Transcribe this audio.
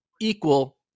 equal